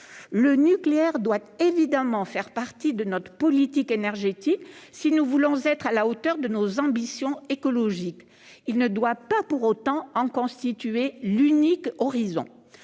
Le nucléaire doit évidemment faire partie de notre politique énergétique si nous voulons être à la hauteur de nos ambitions écologiques. Il ne doit pas pour autant en constituer l'unique horizon.